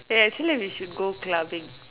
ya actually we should go clubbing